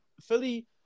Philly